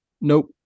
Nope